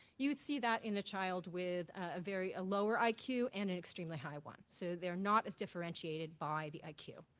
you would see that in a child with a very a lower i q. and and extremely high one. so they're not as differentiated by the i q.